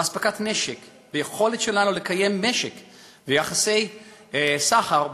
באספקת נשק וביכולת שלנו לקיים משק ויחסי סחר בין-לאומיים.